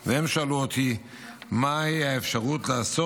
הן שאלו אותי מהי האפשרות לעשות